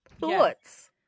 Thoughts